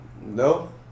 No